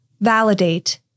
validate